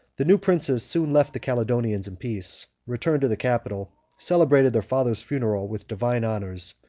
the new princes soon left the caledonians in peace, returned to the capital, celebrated their father's funeral with divine honors,